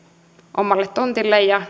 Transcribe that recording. omalle tontille ja